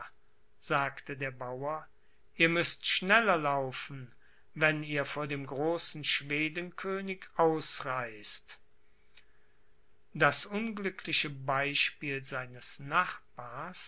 sagte der bauer ihr müßt schneller laufen wenn ihr vor dem großen schweden könig ausreißt das unglückliche beispiel seines nachbars